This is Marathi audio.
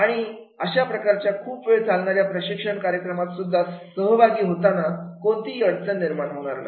आणि अशा प्रकारच्या खूप वेळ चालणाऱ्या प्रशिक्षण कार्यक्रमात सुद्धा सहभागी होताना कोणतीही अडचण निर्माण होणार नाही